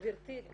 גבירתי,